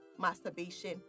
masturbation